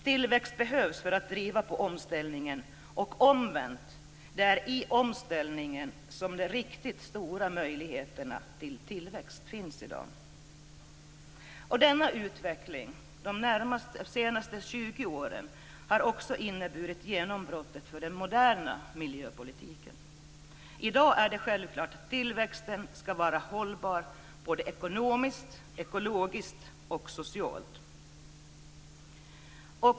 Tillväxt behövs för att driva på omställningen, och omvänt är det där de riktigt stora möjligheterna till tillväxt finns i dag. Utvecklingen under de senaste 20 åren har inneburit genombrottet för den moderna miljöpolitiken. I dag är det självklart att tillväxten ska vara hållbar ekonomiskt, ekologiskt och socialt.